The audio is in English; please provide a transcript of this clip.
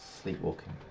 sleepwalking